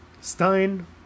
Stein